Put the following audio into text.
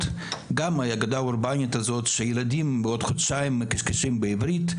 ועל האגדה האורגנית הזאת שילדים בעוד חודשיים מקשקשים בעברית.